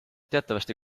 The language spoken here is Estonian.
teatavasti